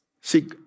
See